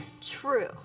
true